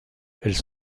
elles